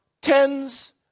tens